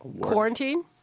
Quarantine